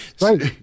Right